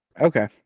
Okay